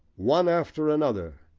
one after another,